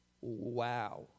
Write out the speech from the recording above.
Wow